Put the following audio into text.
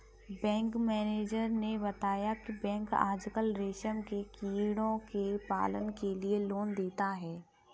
bank manager ने बताया की बैंक आजकल रेशम के कीड़ों के पालन के लिए लोन देता है